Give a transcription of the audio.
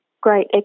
great